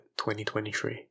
2023